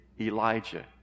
Elijah